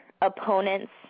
opponent's